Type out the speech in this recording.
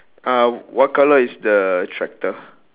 uh what colour is the tractor